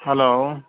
hello